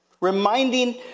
Reminding